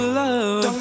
love